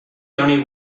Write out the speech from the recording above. honi